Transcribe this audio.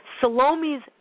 Salome's